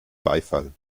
beifall